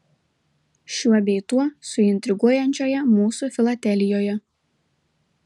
šiuo bei tuo suintriguojančioje mūsų filatelijoje